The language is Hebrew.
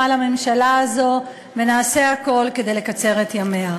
לממשלה הזו ונעשה הכול כדי לקצר את ימיה.